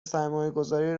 سرمایهگذاری